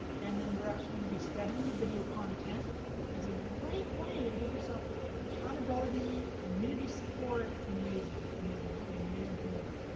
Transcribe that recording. and then we're actually gonna be studying the video content as a great way to give yourself accountability, community support, it's amazing, amazing. i have an amazing community.